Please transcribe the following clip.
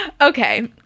Okay